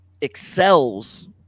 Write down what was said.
excels